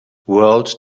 world